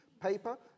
paper